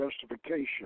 justification